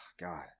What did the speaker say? god